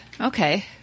okay